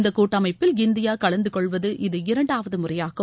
இந்த கூட்டமைப்பில் இந்தியா கலந்துகொள்வது இது இரண்டாவது முறையாகும்